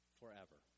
forever